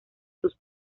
sus